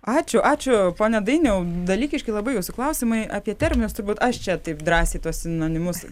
ačiū ačiū pone dainiau dalykiški labai jūsų klausimai apie terminus turbūt aš čia taip drąsiai tuos sinonimus